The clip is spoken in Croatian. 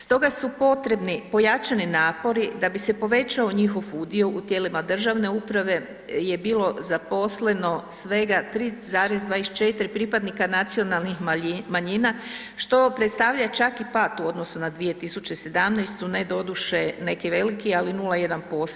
Stoga su potrebni pojačani napori da bi se povećao njihov udio u tijelima državne uprave je bilo zaposleno svega 3,24 pripadnika nacionalnih manjina, što predstavlja čak i pat u odnosu na 2017., ne doduše neki veliki, ali 0,1%